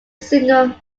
single